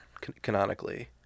canonically